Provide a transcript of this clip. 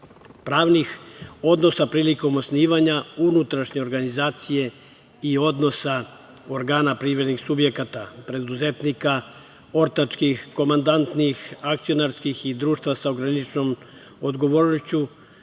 pravnih odnosa prilikom osnivanja unutrašnje organizacije i odnosa organa privrednih subjekata, preduzetnika, ortačkih, komandantih, akcionarskih i društva sa ograničenom odgovornošću,